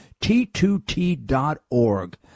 T2T.org